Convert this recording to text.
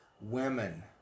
women